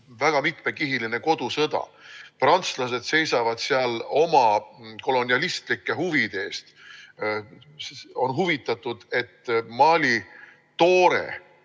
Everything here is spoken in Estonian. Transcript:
väga mitmekihiline kodusõda. Prantslased seisavad seal oma kolonialistlike huvide eest, on huvitatud, et Mali toore,